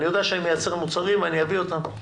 אני יודע שאני מייצר מוצרים, אני אביא אותם.